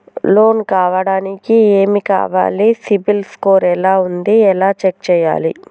Loan కావడానికి ఏమి కావాలి సిబిల్ స్కోర్ ఎలా ఉంది ఎలా చెక్ చేయాలి?